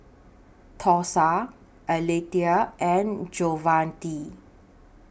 Thursa Alethea and Javonte